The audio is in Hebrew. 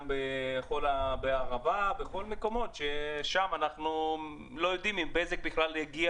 גם בערבה ובכל המקומות שם אנחנו לא יודעים אם בזק בכלל תגיע